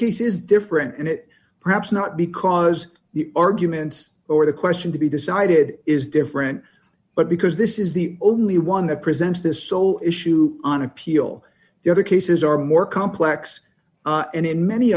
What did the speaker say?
case is different and it perhaps not because the arguments or the question to be decided is different but because this is the only one that presents this sole issue on appeal the other cases are more complex and in many